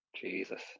Jesus